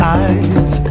eyes